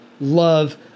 love